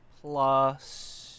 plus